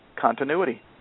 continuity